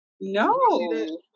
No